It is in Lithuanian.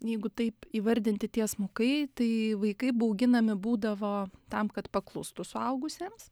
jeigu taip įvardinti tiesmukai tai vaikai bauginami būdavo tam kad paklustų suaugusiems